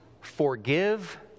forgive